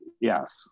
yes